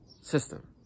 system